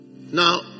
Now